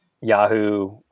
Yahoo